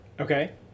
Okay